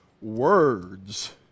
words